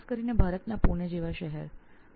વિશેષરૂપે ભારતના પુના જેવા શહેરમાં